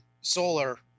solar